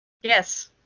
Yes